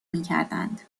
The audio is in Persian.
میکردند